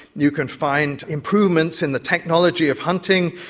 you can find improvements in the technology of hunting,